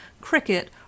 cricket